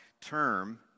term